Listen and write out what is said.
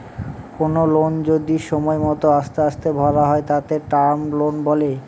কোনো লোন যদি সময় মত আস্তে আস্তে ভরা হয় তাকে টার্ম লোন বলে